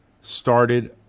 started